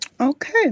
Okay